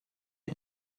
him